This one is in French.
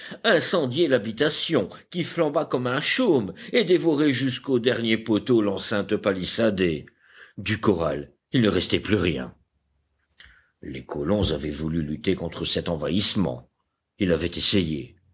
incendiait l'habitation qui flamba comme un chaume et dévorait jusqu'au dernier poteau l'enceinte palissadée du corral il ne restait plus rien les colons avaient voulu lutter contre cet envahissement ils l'avaient essayé